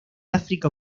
áfrica